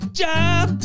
job